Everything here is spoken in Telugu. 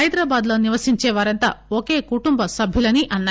హైదరాబాద్ లో నివసించే వారంతా ఒకే కుటుంబ సభ్యులని ఆయన అన్నారు